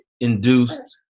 induced